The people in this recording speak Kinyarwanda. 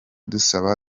dusaba